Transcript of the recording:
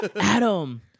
Adam